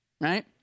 right